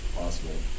possible